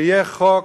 שיהיה חוק,